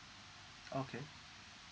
okay